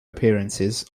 appearances